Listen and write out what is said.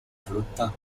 frutta